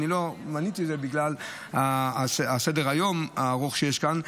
לא מניתי את זה בגלל סדר-היום הארוך שיש כאן: